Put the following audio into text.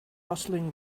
rustling